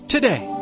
Today